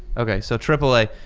okay, so triple a,